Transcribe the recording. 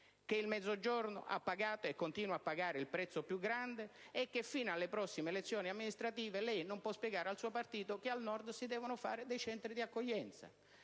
che il Mezzogiorno ha pagato e continua a pagare il prezzo più alto e che fino alle prossime elezioni amministrative lei non può spiegare al suo partito che al Nord si devono fare dei centri di accoglienza.